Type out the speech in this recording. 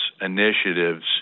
initiatives